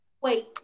wait